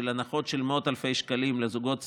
הנחות של מאות אלפי שקלים לזוגות צעירים.